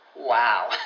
wow